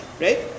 right